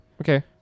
Okay